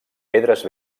pedres